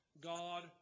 God